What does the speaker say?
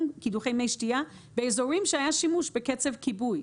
קידוחי מי שתיה באזורים שהיה בהם שימוש בקצף כיבוי.